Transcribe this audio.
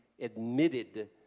admitted